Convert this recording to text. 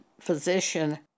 Physician